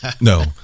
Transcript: no